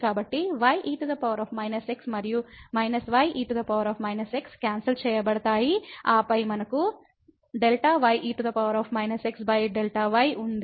కాబట్టి ye x మరియు ye x cancel చేయబడతాయి ఆపై మనకు Δ ye xΔ y ఉంది